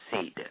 seed